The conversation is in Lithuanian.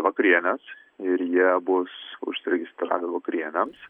vakarienės ir jie bus užsiregistravę vakarienėms